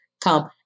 come